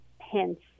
hints